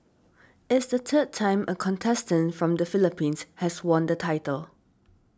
it's the third time a contestant from the Philippines has won the title